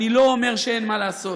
אני לא אומר שאין מה לעשות,